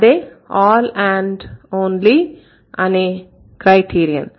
అదే 'all and only' అనే criterion